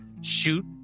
Shoot